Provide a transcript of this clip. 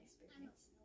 experience